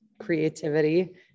creativity